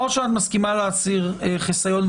או שאת מסכימה להסיר חיסיון,